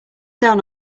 down